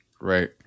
Right